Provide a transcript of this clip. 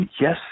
yes